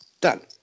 done